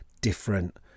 different